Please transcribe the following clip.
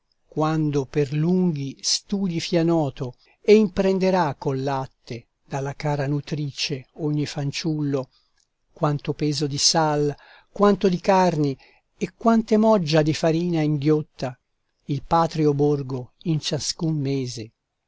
quando per lunghi studi fia noto e imprenderà col latte dalla cara nutrice ogni fanciullo quanto peso di sal quanto di carni e quante moggia di farina inghiotta il patrio borgo in ciascun mese